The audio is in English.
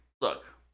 look